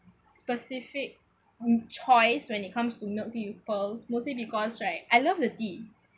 specific choice when it comes to milk tea with pearls mostly because right I love the tea